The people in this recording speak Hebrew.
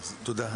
תודה.